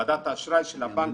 ועדת האשראי של הבנק,